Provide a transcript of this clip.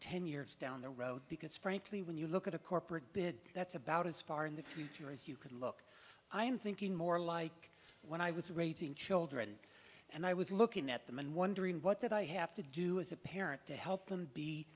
ten years down the road because frankly when you look at a corporate bid that's about as far in the future a hue could look i am thinking more like when i was raising children and i was looking at them and wondering what that i have to do as a parent to help them